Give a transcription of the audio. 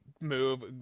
move